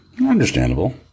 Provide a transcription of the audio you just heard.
Understandable